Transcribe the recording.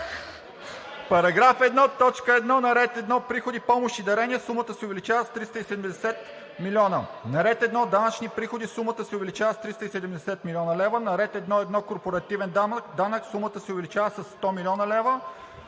Параграф 1, т. 1 на ред едно „Приходи, помощи, дарения“ сумата се увеличава с 370 милиона. На ред 1 „Данъчни приходи“ сумата се увеличава с 370 млн. лв. На ред 1.1 „Корпоративен данък“ сумата се увеличава със 100 млн. лв.